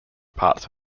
parts